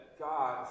God